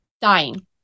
dying